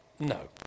No